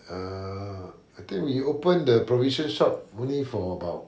err I think we opened the provision shop only for about